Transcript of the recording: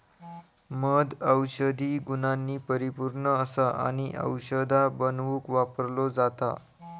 मध औषधी गुणांनी परिपुर्ण असा आणि औषधा बनवुक वापरलो जाता